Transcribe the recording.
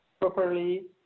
properly